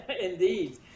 indeed